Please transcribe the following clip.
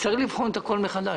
צריך לבחון את הכול מחדש.